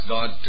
God